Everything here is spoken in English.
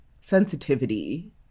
sensitivity